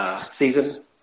season